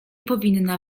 powinna